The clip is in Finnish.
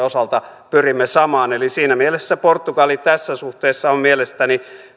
osalta pyrimme samaan eli siinä mielessä portugali tässä suhteessa on mielestäni